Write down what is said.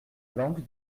langue